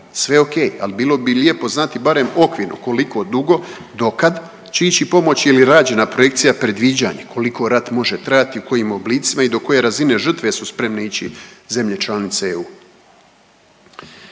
Sve ok, ali bilo bi lijepo znati barem okvirno koliko dugo, dokad će ići pomoć ili rađena projekcija predviđanja koliko rat može trajati, u kojim oblicima i do koje razine žrtve su spremne ići zemlje članice EU?